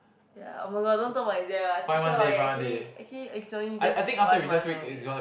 ya oh-my-god don't talk about exam I thinking about it actually actually it's only just one month away